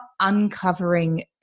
uncovering